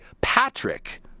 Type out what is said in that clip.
Patrick